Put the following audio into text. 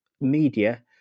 media